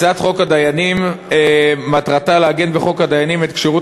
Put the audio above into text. הצעת חוק הדיינים מטרתה לעגן בחוק הדיינים את כשירות